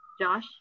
Josh